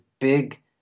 big